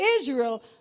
Israel